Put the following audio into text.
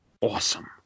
Awesome